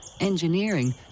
engineering